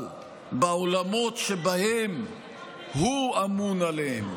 אבל בעולמות שבהם הוא אמון עליהם,